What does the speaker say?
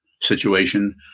situation